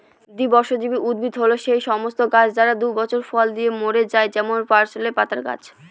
দ্বিবর্ষজীবী উদ্ভিদ হল সেই সমস্ত গাছ যারা দুই বছর ফল দিয়ে মরে যায় যেমন পার্সলে পাতার গাছ